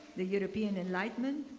the european enlightenment,